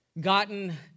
gotten